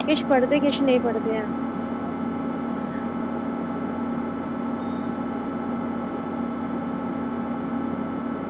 किश पढ़दे ते किश निं पढ़दे हैन